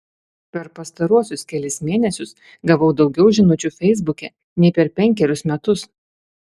per pastaruosius kelis mėnesius gavau daugiau žinučių feisbuke nei per penkerius metus